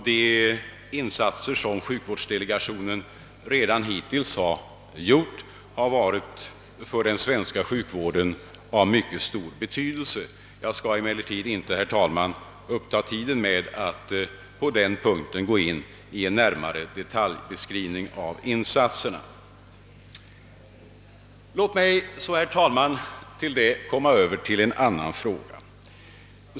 De insatser som sjukvårdsdelegationen hittills gjort har varit av mycket stor betydelse för den svenska sjukvården. Jag skall emellertid inte uppta tiden med en detaljbeskrivning av de insatserna. Låt mig så, herr talman, gå över till en annan fråga.